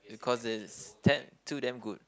because it's ten too damn good